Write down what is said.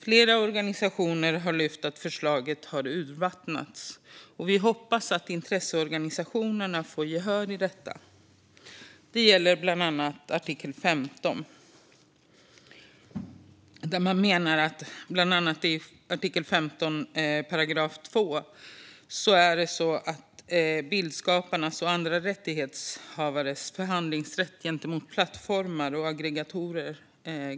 Flera organisationer har lyft fram att förslaget har urvattnats, och vi hoppas att intresseorganisationerna får gehör för detta. Det gäller bland annat artikel 15. I § 2 i artikel 15, där bildskapares och andra rättighetshavares förhandlingsrätt garanteras gentemot plattformar och aggregatorer.